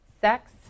sex